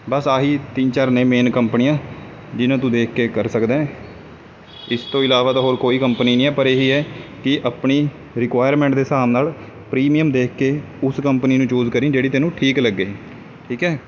ਬਸ ਆਹੀ ਤਿੰਨ ਚਾਰ ਨੇ ਮੇਨ ਕੰਪਨੀਆਂ ਜਿਹਨਾਂ ਤੋਂ ਦੇਖ ਕੇ ਕਰ ਸਕਦਾ ਹੈ ਇਸ ਤੋਂ ਇਲਾਵਾ ਤਾਂ ਹੋਰ ਕੋਈ ਕੰਪਨੀ ਨਹੀਂ ਹੈ ਪਰ ਇਹੀ ਹੈ ਕਿ ਆਪਣੀ ਰਿਕੁਆਇਰਮੈਂਟ ਦੇ ਹਿਸਾਬ ਨਾਲ ਪ੍ਰੀਮੀਅਮ ਦੇਖ ਕੇ ਉਸ ਕੰਪਨੀ ਨੂੰ ਚੂਜ ਕਰੀ ਜਿਹੜੀ ਤੈਨੂੰ ਠੀਕ ਲੱਗੇ ਠੀਕ ਹੈ